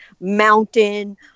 mountain